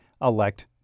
elect